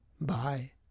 Bye